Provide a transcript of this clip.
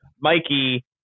Mikey